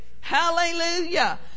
Hallelujah